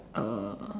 uh